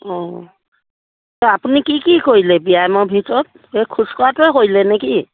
অঁ আপুনি কি কি কৰিলে ব্যয়ামৰ ভিতৰত এই খোজকঢ়াটোৱে কৰিলেনে কি